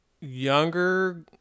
younger